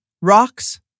Rocks